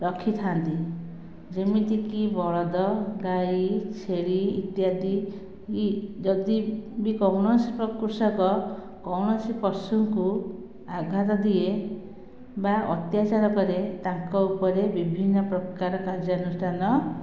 ରଖିଥାନ୍ତି ଯେମିତି କି ବଳଦ ଗାଈ ଛେଳି ଇତ୍ୟାଦି ବି ଯଦି ବି କୌଣସି କୃଷକ କୌଣସି ପଶୁ ଙ୍କୁ ଆଘାତ ଦିଏ ବା ଅତ୍ୟାଚାର କରେ ତାଙ୍କ ଉପରେ ବିଭିନ୍ନ ପ୍ରକାର କାର୍ଯ୍ୟାନୁଷ୍ଠାନ